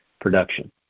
production